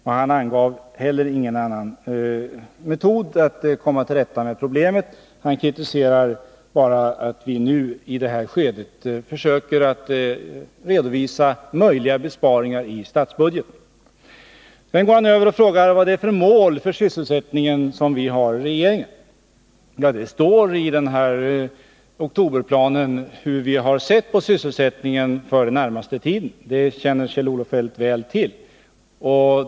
Och han angav inte heller någon annan metod för att komma till rätta med problemet. Han kritiserar bara att vi i det här skedet försöker redovisa möjliga besparingar i statsbudgeten. Sedan går han över till att fråga vad det är för mål för sysselsättningen som regeringen har. Ja, det står i oktoberplanen hur vi sett på sysselsättningen för den närmaste tiden — det känner Kjell-Olof Feldt väl till.